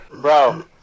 Bro